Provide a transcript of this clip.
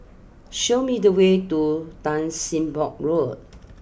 show me the way to Tan Sim Boh Road